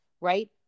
right